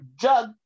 jug